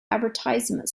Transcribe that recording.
advertisement